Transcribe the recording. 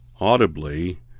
audibly